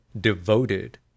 devoted